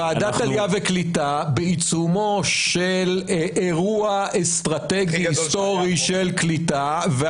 ועדת העלייה והקליטה בעיצומו של אירוע אסטרטגי היסטורי של קליטה,